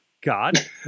God